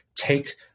take